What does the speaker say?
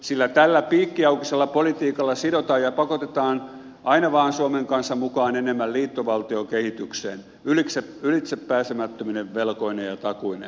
sillä tällä piikkiaukisella politiikalla sidotaan ja pakotetaan aina vaan suomen kansa mukaan enemmän liittovaltiokehitykseen ylitsepääsemättömine velkoineen ja takuineen